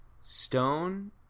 Stone